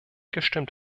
gestimmt